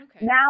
now